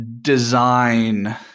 design